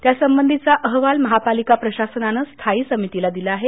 त्या संबंधीचा अहवाल महापालिका प्रशासनाने स्थायी समितीला दिला आहे